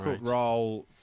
role